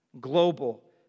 Global